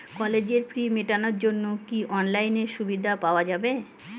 কলেজের ফি মেটানোর জন্য কি অনলাইনে সুবিধা পাওয়া যাবে?